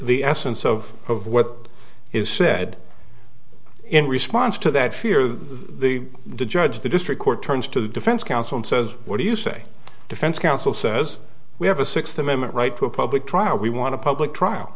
the essence of of what is said in response to that fear the judge the district court turns to the defense counsel and says what do you say defense counsel says we have a sixth amendment right to a public trial we want to public trial